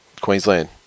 Queensland